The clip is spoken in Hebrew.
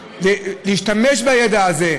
להשתמש בידע הזה,